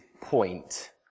point